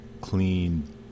clean